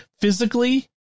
physically